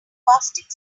caustic